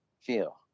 feel